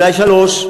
אולי 3 מיליון.